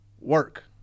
Work